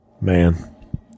Man